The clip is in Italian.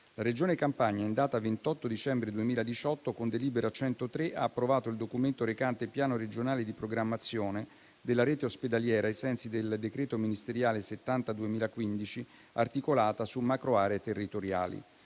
La Regione Campania, in data 28 dicembre 2018, con delibera n. 103, ha approvato il documento recante il piano regionale di programmazione della rete ospedaliera, ai sensi del decreto ministeriale n. 70 del 2015, articolata su macro aree territoriali;